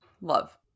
Love